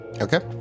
Okay